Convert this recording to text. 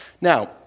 Now